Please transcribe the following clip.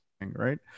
right